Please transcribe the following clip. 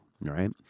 right